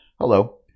Hello